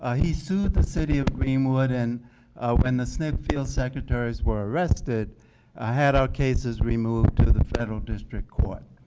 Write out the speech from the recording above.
ah he sued the city of greenwood and when the smithfield secretaries were arrested i had our cases removed to the federal district court.